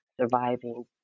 surviving